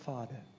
Father